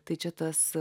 tai čia tas